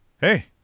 hey